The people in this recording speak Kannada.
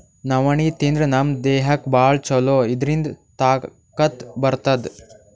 ನವಣಿ ತಿಂದ್ರ್ ನಮ್ ದೇಹಕ್ಕ್ ಭಾಳ್ ಛಲೋ ಇದ್ರಿಂದ್ ತಾಕತ್ ಬರ್ತದ್